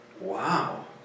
wow